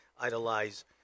idolize